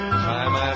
time